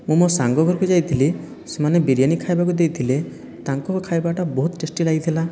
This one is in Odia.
ମୁଁ ମୋ' ସାଙ୍ଗ ଘରକୁ ଯାଇଥିଲି ସେମାନେ ବିରିୟାନୀ ଖାଇବାକୁ ଦେଇଥିଲେ ତାଙ୍କ ଖାଇବାଟା ବହୁତ ଟେଷ୍ଟି ଲାଗିଥିଲା